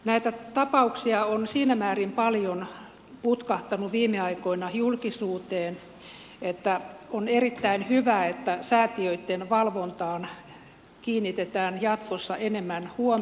näitä tapauksia on siinä määrin paljon putkahtanut viime aikoina julkisuuteen että on erittäin hyvä että säätiöitten valvontaan kiinnitetään jatkossa enemmän huomiota